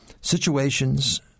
situations